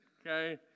Okay